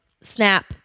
snap